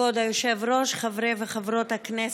כבוד היושב-ראש, חברי וחברות הכנסת,